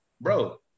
bro